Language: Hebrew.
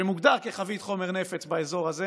שמוגדר כחבית חומר נפץ באזור הזה